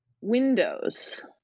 windows